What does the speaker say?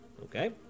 Okay